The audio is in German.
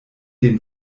den